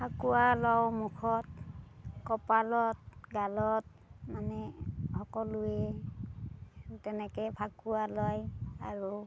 ফাকুৱা লওঁ মুখত কপালত গালত মানে সকলোৱে তেনেকে ফাকুৱা লয় আৰু